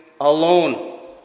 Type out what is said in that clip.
alone